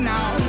Now